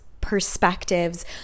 perspectives